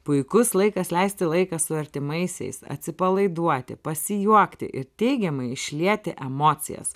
puikus laikas leisti laiką su artimaisiais atsipalaiduoti pasijuokti ir teigiamai išlieti emocijas